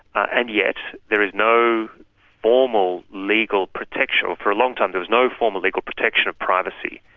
and yet there is no formal legal protection, for a long time there was no formal legal protection of privacy.